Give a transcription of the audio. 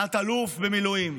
תת-אלוף במילואים,